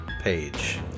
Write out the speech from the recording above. page